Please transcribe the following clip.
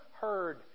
heard